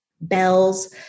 bells